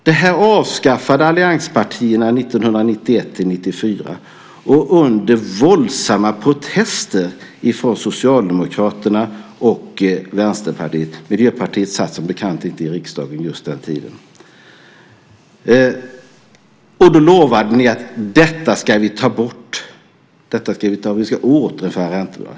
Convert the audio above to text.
Det här avskaffade allianspartierna 1991-1994 under våldsamma protester från Socialdemokraterna och Vänsterpartiet. Miljöpartiet satt som bekant inte i riksdagen under den tiden. Då lovade ni att ni skulle återinföra räntebidragen.